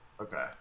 Okay